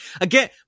Again